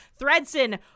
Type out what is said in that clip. Thredson